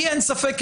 לי אין ספק,